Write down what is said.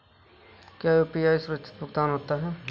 क्या यू.पी.आई सुरक्षित भुगतान होता है?